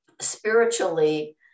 spiritually